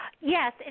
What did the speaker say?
Yes